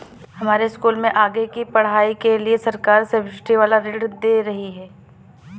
हमारे स्कूल में आगे की पढ़ाई के लिए सरकार सब्सिडी वाला ऋण दे रही है